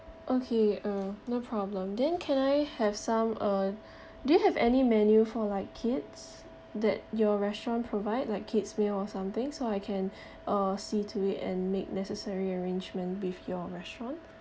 okay uh no problem then can I have some uh do you have any menu for like kids that your restaurant provide like kid's meal or something so I can uh see to it and make necessary arrangement with your restaurant